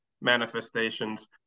manifestations